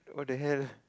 what the hell